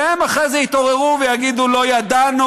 והם אחרי זה יתעוררו ויגידו: לא ידענו,